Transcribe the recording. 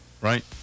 Right